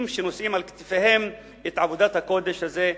שנושאים על כתפיהם את עבודת הקודש הזאת,